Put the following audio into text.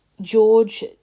George